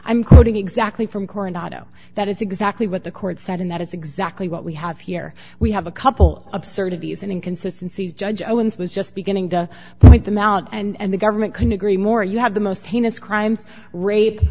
i'm quoting exactly from core and auto that is exactly what the court said and that is exactly what we have here we have a couple absurdities and inconsistency is judge owens was just beginning to think them out and the government couldn't agree more you have the most heinous crimes rape